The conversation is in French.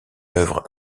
œuvre